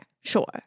sure